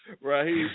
Right